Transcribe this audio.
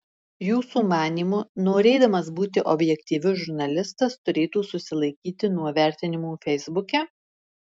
jūsų manymu norėdamas būti objektyviu žurnalistas turėtų susilaikyti nuo vertinimų feisbuke